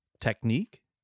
technique